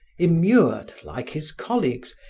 immured, like his colleagues,